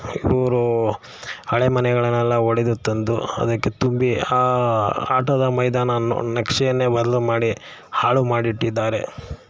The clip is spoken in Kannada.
ಇವರು ಹಳೆಮನೆಗಳನ್ನೆಲ್ಲ ಒಡೆದು ತಂದು ಅದಕ್ಕೆ ತುಂಬಿ ಆ ಆಟದ ಮೈದಾನ ನಕ್ಷೆಯನ್ನೇ ಬದಲು ಮಾಡಿ ಹಾಳು ಮಾಡಿಟ್ಟಿದ್ದಾರೆ